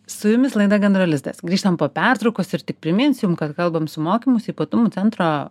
su jumis laida gandro lizdas grįžtam po pertraukos ir tik priminsiu jum kad kalbam su mokymosi ypatumų centro